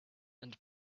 and